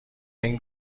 این